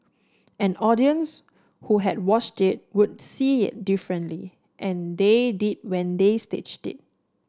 an audience who had watched it would see it differently and they did when they staged it